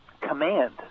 command